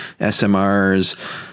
SMRs